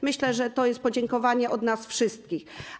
Myślę, że to jest podziękowanie od nas wszystkich.